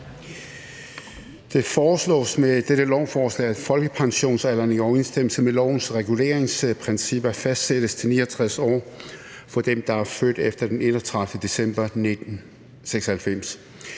Det foreslås med dette lovforslag, at folkepensionsalderen i overensstemmelse med lovens reguleringsprincipper fastsættes til 69 år for dem, der er født efter den 31. december 1996.